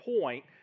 point